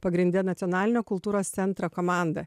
pagrinde nacionalinio kultūros centro komanda